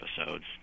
episodes